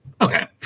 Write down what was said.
Okay